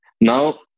Now